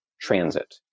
transit